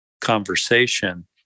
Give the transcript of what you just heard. conversation